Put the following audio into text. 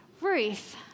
Ruth